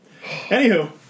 anywho